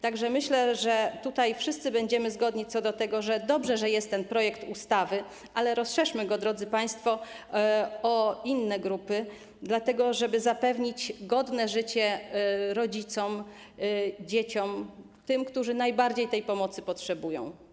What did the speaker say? Tak że myślę, że tutaj wszyscy będziemy zgodni co do tego, że dobrze, że jest ten projekt ustawy, ale rozszerzmy go, drodzy państwo, o inne grupy, żeby zapewnić godne życie rodzicom, dzieciom, tym, którzy najbardziej tej pomocy potrzebują.